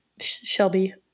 Shelby